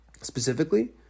specifically